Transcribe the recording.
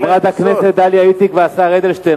חברת הכנסת דליה איציק והשר אדלשטיין,